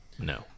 No